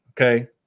Okay